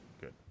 good